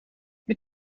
mit